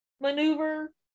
maneuver